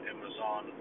Amazon